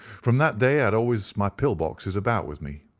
from that day i had always my pill boxes about with me,